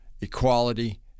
equality